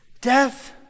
Death